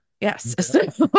Yes